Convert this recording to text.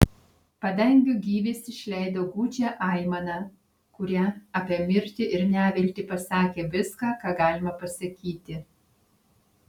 padangių gyvis išleido gūdžią aimaną kuria apie mirtį ir neviltį pasakė viską ką galima pasakyti